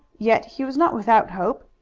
yet he was not without hope.